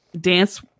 dance